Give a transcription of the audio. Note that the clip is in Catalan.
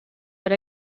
per